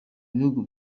bihugu